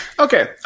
Okay